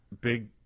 big